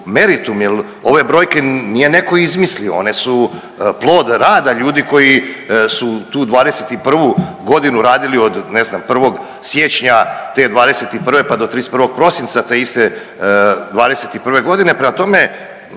ove brojke nije netko izmislio, one su plod rada ljudi koji su tu '21. g. radili, od ne znam, 1. siječnja te 2021. pa do 31. prosinca te iste '21., prema tome,